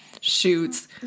shoots